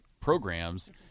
programs